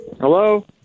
Hello